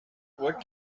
what